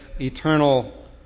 eternal